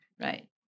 Right